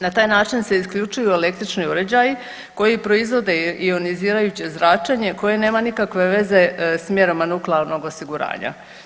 Na taj način se isključuju električni uređaji koji proizvode ionizirajuće zračenje koje nema nikakve veze s mjerama nuklearnog osiguranja.